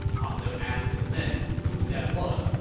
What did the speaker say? pang de asked his men who that was,